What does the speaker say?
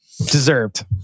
Deserved